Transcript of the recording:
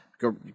Go